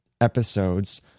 episodes